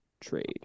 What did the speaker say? trade